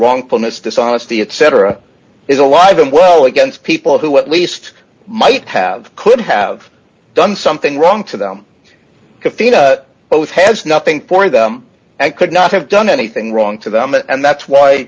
wrongfulness dishonesty etc is alive and well against people who at least might have could have done something wrong to them both has nothing for them and could not have done anything wrong to them and that's why